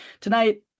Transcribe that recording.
tonight